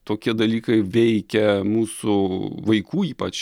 tokie dalykai veikia mūsų vaikų ypač